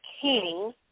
king